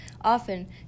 Often